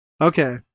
Okay